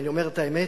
אני אומר את האמת,